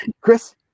Chris